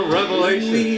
revelation